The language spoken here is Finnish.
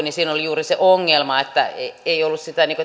äsken puhuin oli juuri se ongelma että sitä